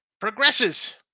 progresses